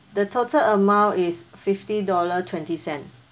the total amount is fifty dollar twenty cent